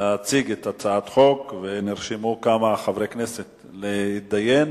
ואת חבר הכנסת בן-ארי,